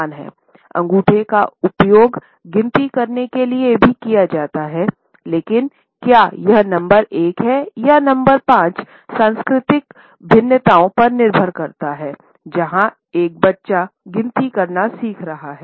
अंगूठे का उपयोग गिनती करने के लिए भी किया जाता है लेकिन क्या यह नंबर एक है या नंबर पांच सांस्कृतिक भिन्नताओं पर निर्भर करता है जहां एक बच्चा गिनती करना सीख रहा है